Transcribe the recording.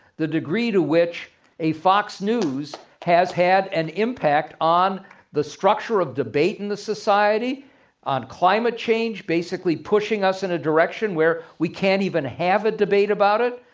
the degree to which a fox news has had an impact on the structure of debate in the society on climate change, basically pushing us in a direction where we can't even have a debate about it,